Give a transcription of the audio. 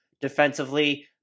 defensively